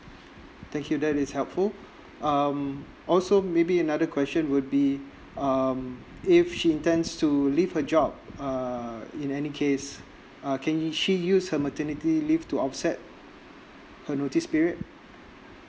thank you that is helpful um also maybe another question would be um if she intends to leave her job err in any case uh can she use her maternity leave to offset her notice period